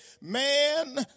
man